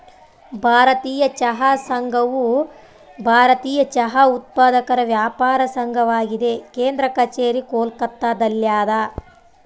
ಭಾರತೀಯ ಚಹಾ ಸಂಘವು ಭಾರತೀಯ ಚಹಾ ಉತ್ಪಾದಕರ ವ್ಯಾಪಾರ ಸಂಘವಾಗಿದೆ ಕೇಂದ್ರ ಕಛೇರಿ ಕೋಲ್ಕತ್ತಾದಲ್ಯಾದ